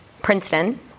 Princeton